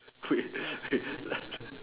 wait